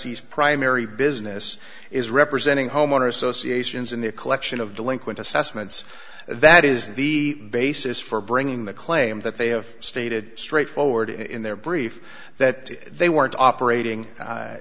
is primary business is representing homeowner associations in the collection of delinquent assessments that is the basis for bringing the claim that they have stated straightforward in their brief that they weren't operating